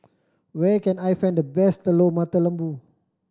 where can I find the best Telur Mata Lembu